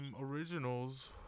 originals